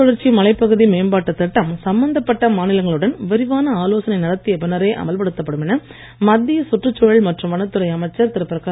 மேற்கு தொடர்ச்சி மலைப் பகுதி மேம்பாட்டு திட்டம் சம்பந்தப்பட்ட மாநிலங்களுடன் விரிவான ஆலோசனை நடத்திய பின்னரே அமல்படுத்தப்படும் என மத்திய சுற்றுச்சூழல் மற்றும் வனத்துறை அமைச்சர் திரு